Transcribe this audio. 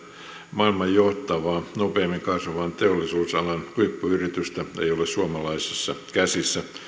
maailman johtavaa nopeimmin kasvavaa teollisuusalan huippuyritystä ei ole suomalaisissa käsissä